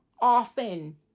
often